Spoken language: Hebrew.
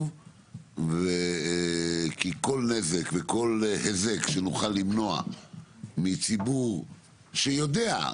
כי כל נזק וכל היזק שנוכל למנוע מציבור שיודע,